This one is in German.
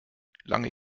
lange